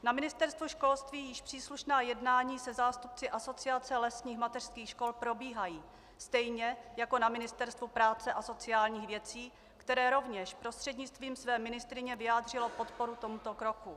Na Ministerstvu školství již příslušná jednání se zástupci Asociace lesních mateřských škol probíhají stejně jako na Ministerstvu práce a sociálních věcí, které rovněž prostřednictvím své ministryně vyjádřilo podporu tomuto kroku.